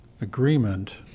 agreement